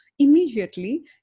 immediately